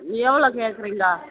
எவ்வளோ கேட்குறீங்க